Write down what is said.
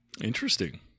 Interesting